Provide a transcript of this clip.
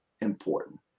important